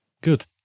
Good